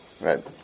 Right